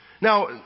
Now